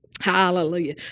hallelujah